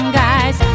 guys